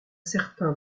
certain